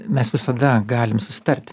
mes visada galim susitarti